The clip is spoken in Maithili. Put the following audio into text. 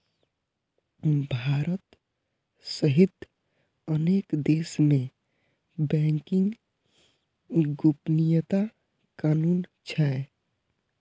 भारत सहित अनेक देश मे बैंकिंग गोपनीयता कानून छै